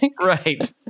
right